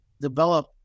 develop